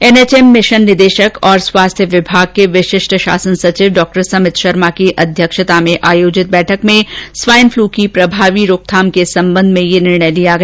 NHM mission निदेशक और स्वास्थ्य विभाग के विशिष्ठ शासन सचिव डॉ समित शर्मा की अध्यक्षता में आयोजित बैठक में स्वाईन फ्लू की प्रभावी रोकथाम के लिये यह निर्णय लिया गया